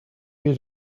you